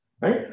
right